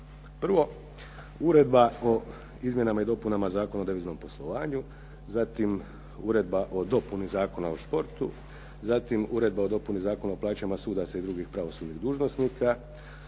Prvo, Uredba o izmjenama i dopunama Zakona o deviznom poslovanju, zatim Uredba o dopuni Zakona o športu, zatim Uredba o dopuni Zakona o plaćam sudaca i drugih pravosudnih dužnosnika,